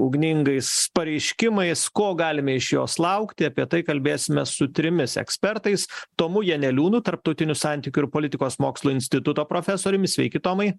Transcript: ugningais pareiškimais ko galime iš jos laukti apie tai kalbėsime su trimis ekspertais tomu janeliūnu tarptautinių santykių ir politikos mokslų instituto profesoriumi sveiki tomai